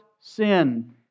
sin